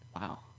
wow